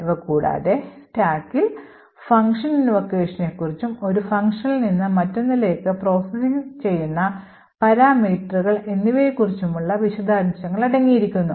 ഇവ കൂടാതെ സ്റ്റാക്കിൽ ഫംഗ്ഷൻ invocationനെ കുറിച്ചും ഒരു ഫംഗ്ഷനിൽ നിന്ന് മറ്റൊന്നിലേക്ക് പ്രോസസ്സിംഗ് ചെയ്യുന്ന പാരാമീറ്ററുകൾ എന്നിവയെ കുറിച്ചുള്ള വിശദാംശങ്ങൾ അടങ്ങിയിരിക്കുന്നു